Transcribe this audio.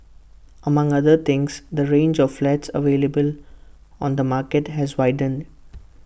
among other things the range of flats available on the market has widened